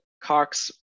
Cox